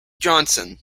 johnson